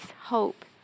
hope